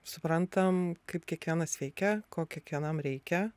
suprantam kaip kiekvienas veikia ko kiekvienam reikia